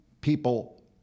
people